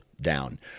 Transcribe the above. down